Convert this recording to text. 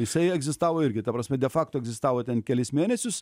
jisai egzistavo irgi ta prasme de facto egzistavo ten kelis mėnesius